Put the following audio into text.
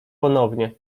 ponownie